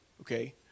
okay